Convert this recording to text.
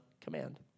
command